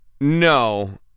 No